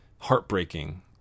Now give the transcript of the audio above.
heartbreaking